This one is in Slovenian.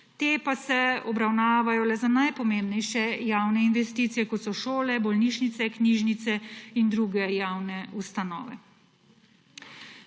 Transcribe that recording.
Te pa se obravnavajo le za najpomembnejše javne investicije, kot so šole, bolnišnice, knjižnice in druge javne ustanove.